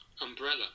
Umbrella